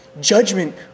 Judgment